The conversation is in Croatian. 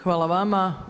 Hvala vama.